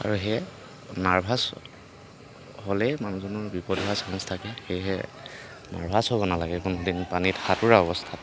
আৰু সেয়ে নাৰ্ভাছ হ'লে মানুহজনৰ বিপদ হোৱাৰ চান্স থাকে সেয়েহে নাৰ্ভাছ হ'ব নালাগে কোনো দিনে পানীত সাঁতোৰা অৱস্থাত